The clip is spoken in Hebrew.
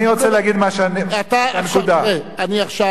אני רוצה להגיד את הנקודה.